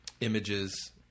Images